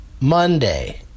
Monday